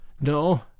No